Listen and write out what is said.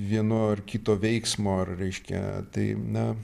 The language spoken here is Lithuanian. vieno ar kito veiksmo ar reiškia tai na